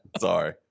Sorry